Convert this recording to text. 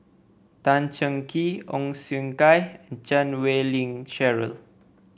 Tan Cheng Kee Ong Siong Kai and Chan Wei Ling Cheryl